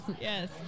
yes